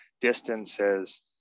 distances